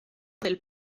del